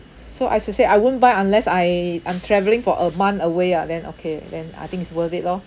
so as I said I won't buy unless I am travelling for a month away ah then okay then I think it's worth it lor